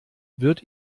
wird